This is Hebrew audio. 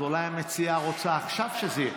אז אולי המציעה רוצה שעכשיו זה יהיה?